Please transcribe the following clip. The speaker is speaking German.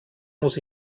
muss